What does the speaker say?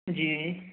जी